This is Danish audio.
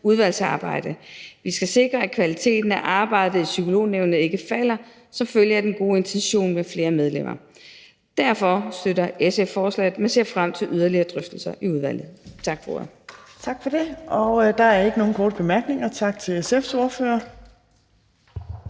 udvalgsarbejde. Vi skal sikre, at kvaliteten af arbejdet i Psykolognævnet ikke falder som følge af den gode intention med at have flere medlemmer. Derfor støtter SF forslaget, men ser frem til yderligere drøftelser i udvalget. Tak for ordet. Kl. 18:08 Fjerde næstformand (Trine Torp): Tak til SF's ordfører.